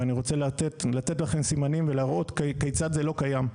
ואני רוצה לתת לכם סימנים ולהראות כיצד זה לא קיים.